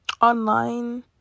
online